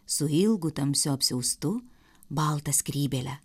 su ilgu tamsiu apsiaustu balta skrybėle